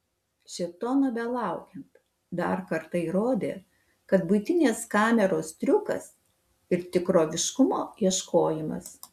šėtono belaukiant dar kartą įrodė kad buitinės kameros triukas ir tikroviškumo ieškojimas